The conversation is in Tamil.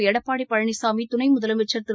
எடப்பாடிபழனிசாமி துணைமுதலமைச்சர் திரு